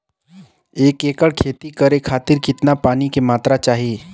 एक एकड़ खेती करे खातिर कितना पानी के मात्रा चाही?